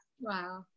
Wow